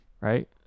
right